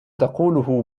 تقوله